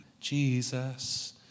Jesus